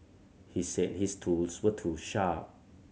he said his tools were too sharp